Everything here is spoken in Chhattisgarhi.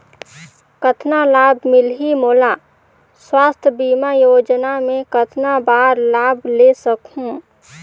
कतना लाभ मिलही मोला? स्वास्थ बीमा योजना मे कतना बार लाभ ले सकहूँ?